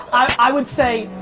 i would say,